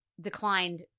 declined